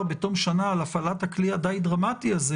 בתום שנה על הפעלת הכלי הדי דרמטי הזה